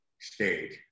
stage